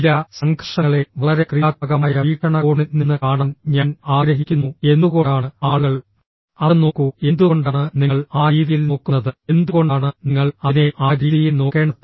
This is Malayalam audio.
ഇല്ല സംഘർഷങ്ങളെ വളരെ ക്രിയാത്മകമായ വീക്ഷണകോണിൽ നിന്ന് കാണാൻ ഞാൻ ആഗ്രഹിക്കുന്നു എന്തുകൊണ്ടാണ് ആളുകൾ അത് നോക്കൂ എന്തുകൊണ്ടാണ് നിങ്ങൾ ആ രീതിയിൽ നോക്കുന്നത് എന്തുകൊണ്ടാണ് നിങ്ങൾ അതിനെ ആ രീതിയിൽ നോക്കേണ്ടത്